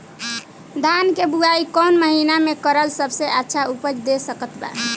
धान के बुआई कौन महीना मे करल सबसे अच्छा उपज दे सकत बा?